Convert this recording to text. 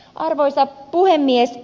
arvoisa puhemies